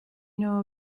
know